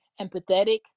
empathetic